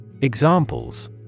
Examples